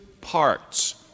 parts